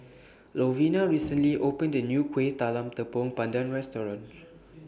Lovina recently opened A New Kueh Talam Tepong Pandan Restaurant